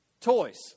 toys